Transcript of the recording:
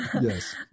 yes